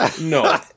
No